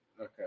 Okay